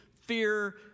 fear